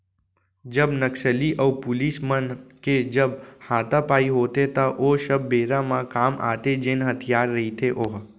जब नक्सली अऊ पुलिस मन के जब हातापाई होथे त ओ सब बेरा म काम आथे जेन हथियार रहिथे ओहा